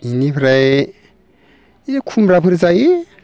बेनिफ्राय खुमब्राफोर जायो